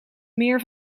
meer